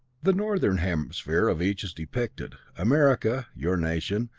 the northern hemisphere of each is depicted america, your nation,